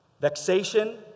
Vexation